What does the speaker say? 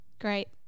Great